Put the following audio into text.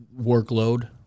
workload